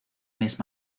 mes